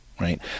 right